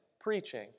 preaching